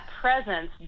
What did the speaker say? presence